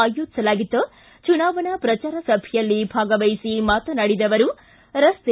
ಆಯೋಜಿಸಲಾಗಿದ್ದ ಚುನಾವಣಾ ಪ್ರಚಾರ ಸಭೆಯಲ್ಲಿ ಭಾಗವಹಿಸಿ ಮಾತನಾಡಿದ ಅವರು ರಸ್ತೆ